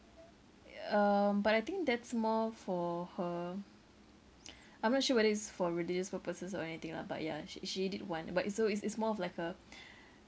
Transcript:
um but I think that's more for her I'm not sure whether it's for religious purposes or anything lah but yeah she she did one but it's so it's it's more of like a